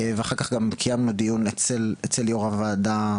ואחר כך קיימנו דיון אצל יו"ר הוועדה,